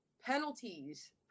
Penalties